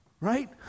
right